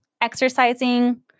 exercising